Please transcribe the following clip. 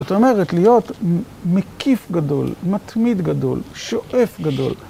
זאת אומרת, להיות מקיף גדול, מתמיד גדול, שואף גדול.